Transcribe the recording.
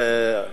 עד מאה-ועשרים.